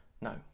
No